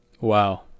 Wow